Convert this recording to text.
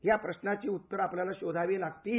या प्रश्नाची उत्तर आपल्याला शोधावी लागतील